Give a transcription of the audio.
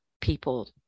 people